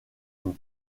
une